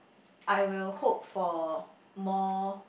I will hope for more